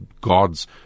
God's